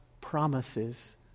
promises